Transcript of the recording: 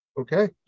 Okay